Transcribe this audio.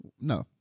No